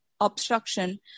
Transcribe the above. obstruction